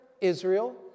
Israel